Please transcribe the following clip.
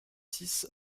six